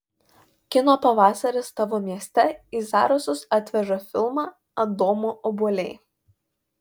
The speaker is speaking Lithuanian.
kino pavasaris tavo mieste į zarasus atveža filmą adomo obuoliai